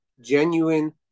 genuine